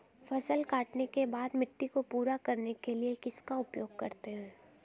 फसल काटने के बाद मिट्टी को पूरा करने के लिए किसका उपयोग करते हैं?